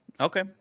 okay